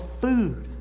food